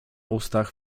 ustach